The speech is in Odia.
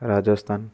ରାଜସ୍ଥାନ